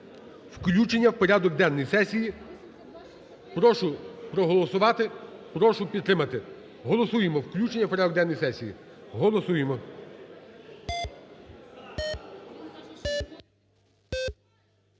включення в порядок денний сесії. Прошу проголосувати. Прошу підтримати. Голосуємо включення в порядок денний сесії. Голосуємо.